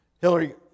Hillary